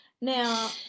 Now